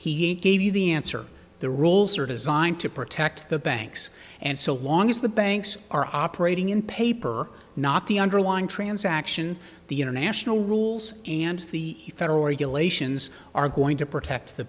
he gave you the answer the rules are designed to protect the banks and so long as the banks are operating in paper or not the underlying transaction the international rules and the federal regulations are going to protect the